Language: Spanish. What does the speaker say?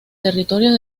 territorios